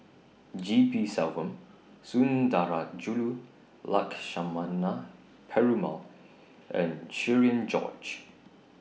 G P Selvam Sundarajulu Lakshmana Perumal and Cherian George